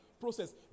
process